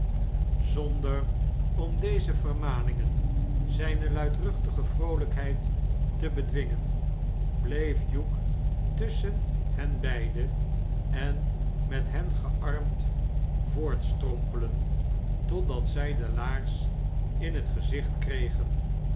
zonder om deze vermaningen zijne luidruchtige vroolijkheid te bedwmgen bleef hugh tusschen hen beiden en met hen gearmd voortstrompelen totdat zij de laars in het gezicht kregen